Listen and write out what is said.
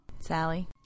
Sally